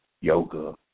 yoga